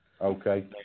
Okay